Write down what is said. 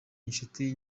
inshuti